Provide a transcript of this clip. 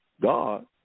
God